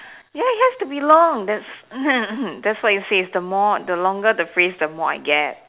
ya it has to be long that's that's why it says the more the longer the phrase the more I get